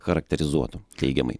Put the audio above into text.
charakterizuotų teigiamai